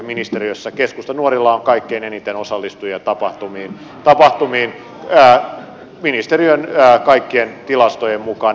keskustanuorilla on kaikkein eniten osallistujia tapahtumiin ministeriön kaikkien tilastojen mukaan